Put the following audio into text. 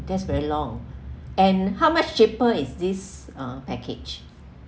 that's very long and how much cheaper is this uh package